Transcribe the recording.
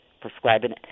prescribing